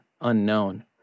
Unknown